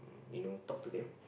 you know talk to them